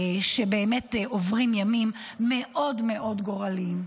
שבאמת עוברות ימים מאוד מאוד גורליים.